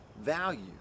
value